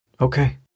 Okay